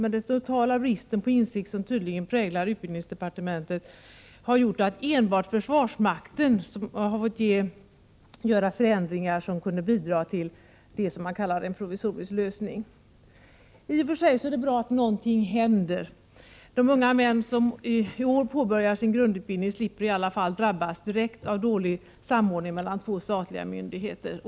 Men den totala bristen på insikt som tydligen präglar utbildningsdepartementet har gjort att enbart försvarsmakten har fått göra förändringar som kunnat bidra till det som man kallar en provisorisk lösning. I och för sig är det bra att någonting händer. De unga män som i år påbörjar sin grundutbildning slipper i alla fall drabbas direkt av dålig samordning mellan två statliga myndigheter.